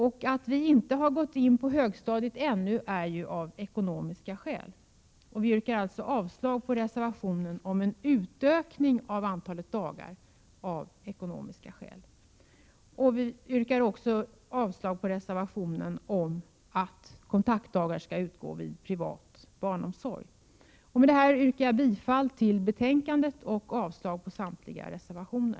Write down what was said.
Det är av ekonomiska skäl som vi ännu inte vill utöka förslaget till att gälla högstadiet. Vi yrkar avslag på reservationen om en utökning av antalet dagar, av ekonomiska skäl. Vi yrkar också avslag på reservationen om att kontaktdagar skall utgå vid privat barnomsorg. Med det här yrkar jag bifall till utskottets hemställan och avslag på samtliga reservationer.